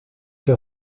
que